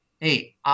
hey